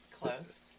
Close